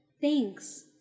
thanks